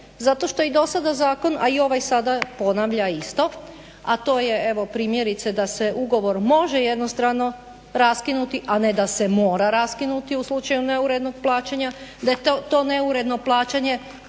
zato što i dosada zakon, a i ovaj sada ponavlja isto, a to je evo primjerice da se ugovor može jednostrano raskinuti, a ne da se mora raskinuti u slučaju neurednog plaćanja, da je to neuredno plaćanje